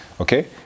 Okay